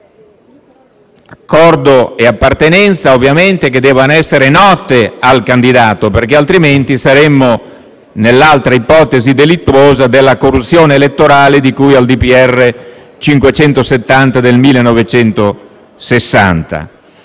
accordo e appartenenza, ovviamente, che devono essere note al candidato, perché altrimenti saremmo nell'altra ipotesi delittuosa della corruzione elettorale di cui al decreto del